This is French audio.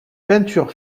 peintures